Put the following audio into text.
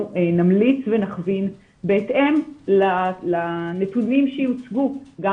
אנחנו נמליץ ונכווין בהתאם לנתונים שיוצגו גם